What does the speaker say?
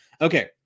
Okay